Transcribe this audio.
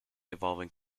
evolving